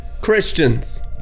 Christians